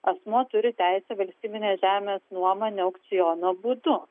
asmuo turi teisę į valstybinės žemės nuomą ne aukciono būdu